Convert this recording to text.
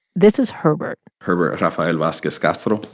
this is herbert herbert rafael vasquez-castro.